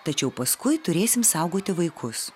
tačiau paskui turėsim saugoti vaikus